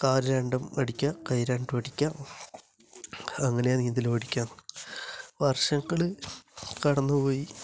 കാല് രണ്ടും അടിക്കുക കൈ രണ്ടും അടിക്കുക അങ്ങനെയാണ് നീന്തല് പഠിക്കുക എന്ന് വർഷങ്ങള് കടന്നുപോയി